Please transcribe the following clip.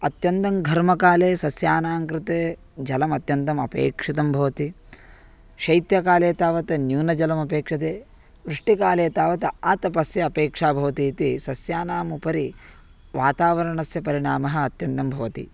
अत्यन्तं घर्मकाले सस्यानां कृते जलमत्यन्तम् अपेक्षितं भवति शैत्यकाले तावत् न्यूनजलम् अपेक्षते वृष्टिकाले तावत् आतपस्य अपेक्षा भवति इति सस्यानाम् उपरि वातावरणस्य परिणामः अत्यन्तं भवति